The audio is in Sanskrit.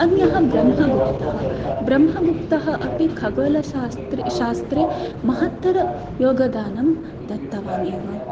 अन्यः ब्रह्मगुप्तः ब्रह्मगुप्तः अपि खगोलशास्त्रे शास्त्रे महत्तरं योगदानं दत्तवान् एव